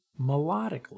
melodically